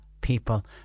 people